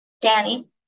danny